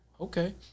okay